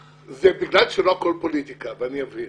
בגלל שלא הכול פוליטיקה, ואני אבהיר.